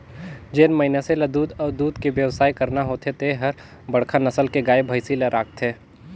जेन मइनसे ल दूद अउ दूद के बेवसाय करना होथे ते हर बड़खा नसल के गाय, भइसी ल राखथे